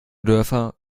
dörfer